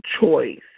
choice